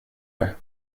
det